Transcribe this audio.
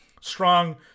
strong